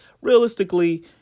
realistically